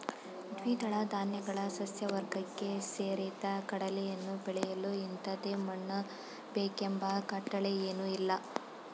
ದ್ವಿದಳ ಧಾನ್ಯಗಳ ಸಸ್ಯವರ್ಗಕ್ಕೆ ಸೇರಿದ ಕಡಲೆಯನ್ನು ಬೆಳೆಯಲು ಇಂಥದೇ ಮಣ್ಣು ಬೇಕೆಂಬ ಕಟ್ಟಳೆಯೇನೂಇಲ್ಲ